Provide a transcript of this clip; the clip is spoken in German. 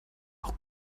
auch